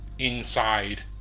Inside